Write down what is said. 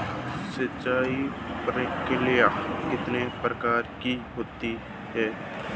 सिंचाई प्रणाली कितने प्रकार की होती है?